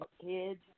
kids